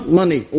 money